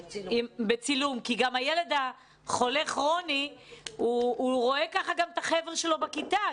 גם הילד שחולה כרוני רואה ככה גם את החבר'ה שלו בכיתה.